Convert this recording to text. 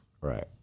Right